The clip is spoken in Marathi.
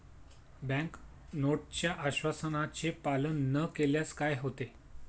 बँक नोटच्या आश्वासनाचे पालन न केल्यास काय होते?